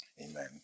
Amen